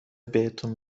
بهتون